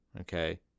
Okay